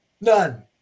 none